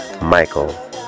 Michael